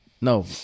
no